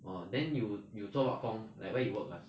orh then you you 做 what 工 where you ah